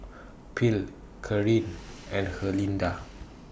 Phil Karin and Herlinda